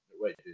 wait